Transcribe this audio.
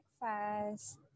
breakfast